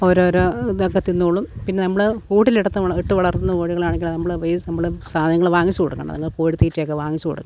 ഓരോരോ ഇതൊക്കെ തിന്നോളും പിന്നെ നമ്മള് കൂട്ടിലിടത്തോണം ഇട്ട് വളർത്തുന്ന കോഴികളാണെങ്കില് നമ്മള് നമ്മള് സാധനങ്ങള് വാങ്ങിച്ചു കൊടുക്കണം അതുങ്ങൾക്ക് കോഴിത്തീറ്റയൊക്കെ വാങ്ങിച്ച് കൊടുക്കണം